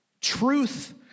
Truth